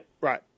right